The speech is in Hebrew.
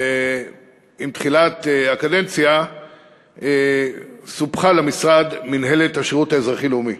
בתחילת הקדנציה סופחה למשרד מינהלת השירות האזרחי-לאומי.